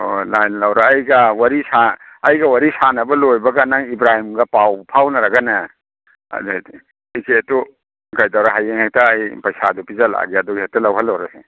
ꯍꯣ ꯂꯥꯏꯟ ꯂꯧꯔꯣ ꯑꯩꯒ ꯋꯥꯔꯤ ꯑꯩꯒ ꯋꯥꯔꯤ ꯁꯥꯟꯅꯕ ꯂꯣꯏꯕꯒ ꯅꯪ ꯏꯕ꯭ꯔꯥꯍꯤꯝꯒ ꯄꯥꯎ ꯐꯥꯎꯅꯔꯒꯅꯦ ꯑꯗ ꯇꯤꯀꯦꯠꯇꯨ ꯀꯩꯗꯧꯔꯦ ꯍꯌꯦꯡ ꯍꯦꯛꯇ ꯑꯩ ꯄꯩꯁꯥꯗꯨ ꯄꯤꯁꯜꯂꯛꯑꯒꯦ ꯑꯗꯨꯒ ꯍꯦꯛꯇ ꯂꯧꯍꯜꯂꯨꯔꯁꯤ